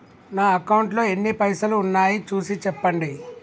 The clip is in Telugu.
నా అకౌంట్లో ఎన్ని పైసలు ఉన్నాయి చూసి చెప్పండి?